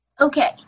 Okay